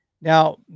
Now